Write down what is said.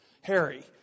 Harry